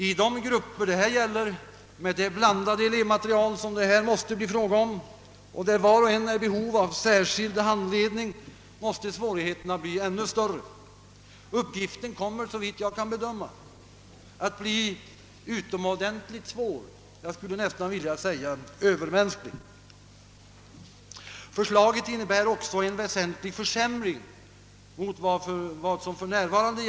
I de grupper det gäller med det blandade elevmaterial som det härvidlag måste bli fråga om och där var och en är i behov av särskild handledning, måste svårigheterna bli ännu större. Uppgiften kommer, såvitt jag kan bedöma, att bli utomordentligt svår — jag skulle nästan vilja säga övermänsklig. Förslaget innebär också en betydande försämring mot vad som för närvarande.